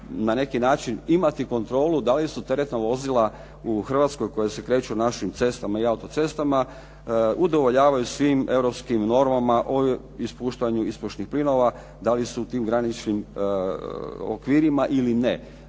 na neki način imati kontrolu da li su teretna vozila u Hrvatskoj koja se kreću našim cestama i autocestama udovoljavaju svim europskim normama o ispuštanju ispušnih plinova, da li su u tim graničnim okvirima ili ne.